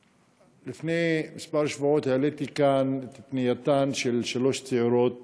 לפני כמה שבועות העליתי כאן את פנייתן של שלוש צעירות